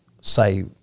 say